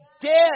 dead